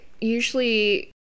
usually